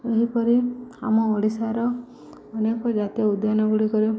ଏହିପରି ଆମ ଓଡ଼ିଶାର ଅନେକ ଜାତୀୟ ଉଦ୍ୟାନଗୁଡ଼ିକରେ